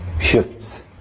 shifts